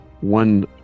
one